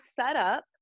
setup